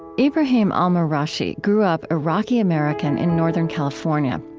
ibrahim al-marashi grew up iraqi-american in northern california.